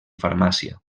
farmàcia